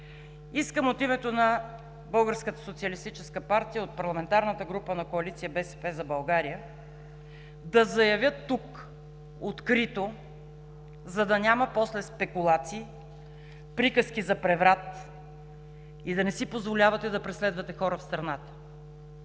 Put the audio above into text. социалистическа партия, от парламентарната група на коалиция „БСП за България“ да заявя тук открито, за да няма после спекулации, приказки за преврат и да не си позволявате да преследвате хора в страната.